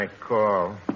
call